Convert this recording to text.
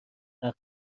محقق